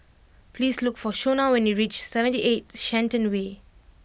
please look for Shonna when you reach Seventy Eight Shenton Way